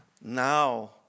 Now